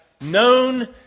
known